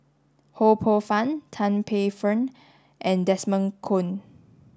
Ho Poh Fun Tan Paey Fern and Desmond Kon